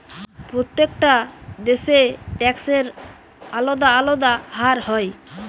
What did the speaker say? প্রত্যেকটা দেশে ট্যাক্সের আলদা আলদা হার হয়